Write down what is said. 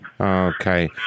okay